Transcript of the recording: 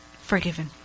forgiven